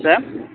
sir